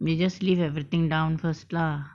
you just leave everything down first lah